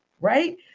right